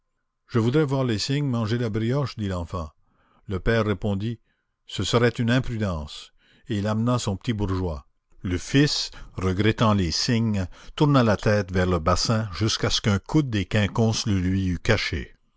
je voudrais voir les cygnes manger la brioche dit l'enfant le père répondit ce serait une imprudence et il emmena son petit bourgeois le fils regrettant les cygnes tourna la tête vers le bassin jusqu'à ce qu'un coude des quinconces le lui eût caché